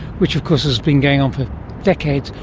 which of course has been going on for decades.